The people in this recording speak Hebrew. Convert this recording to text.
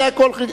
זה הכול.